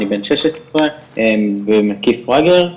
אני בן 16 במקיף רגר,